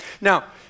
Now